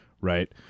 right